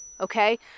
okay